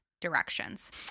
directions